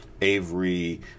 avery